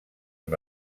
amb